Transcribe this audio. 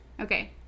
Okay